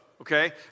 okay